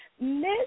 Miss